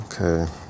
Okay